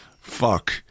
fuck